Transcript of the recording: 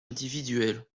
individuelles